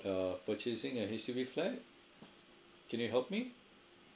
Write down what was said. err purchasing a H_D_B flat can you help me